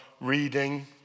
reading